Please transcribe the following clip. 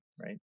Right